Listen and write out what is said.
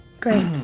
Great